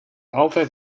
altijd